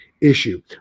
issue